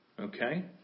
okay